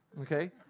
Okay